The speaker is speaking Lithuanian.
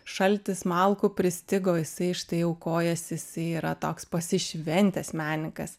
šaltis malkų pristigo jisai štai jau kojas jisai yra toks pasišventęs menininkas